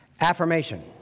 affirmation